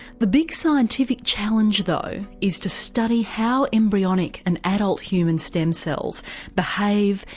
the big scientific challenge though is to study how embryonic and adult human stem cells behave,